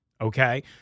Okay